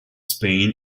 spain